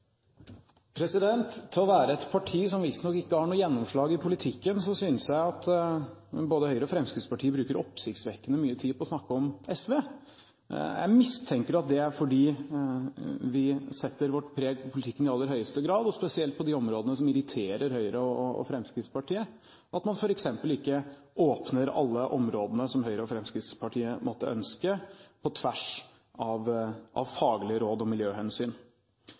Til å være et parti som visstnok ikke har noe gjennomslag i politikken, synes jeg at både Høyre og Fremskrittspartiet bruker oppsiktsvekkende mye tid på å snakke om SV. Jeg mistenker at det er fordi vi i aller høyeste grad setter vårt preg på politikken, og spesielt på de områdene som irriterer Høyre og Fremskrittspartiet, og at man f.eks. ikke åpner alle områdene som Høyre og Fremskrittspartiet måtte ønske, på tvers av faglige råd og miljøhensyn.